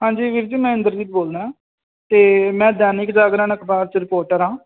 ਹਾਂਜੀ ਵੀਰ ਜੀ ਇੰਦਰਜੀਤ ਬੋਲਦਾ ਅਤੇ ਮੈਂ ਦੈਨਿਕ ਜਾਗਰਣ ਅਖ਼ਬਾਰ 'ਚ ਰਿਪੋਰਟਰ ਹਾਂ